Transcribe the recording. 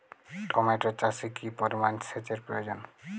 Tomato চাষে কি পরিমান সেচের প্রয়োজন?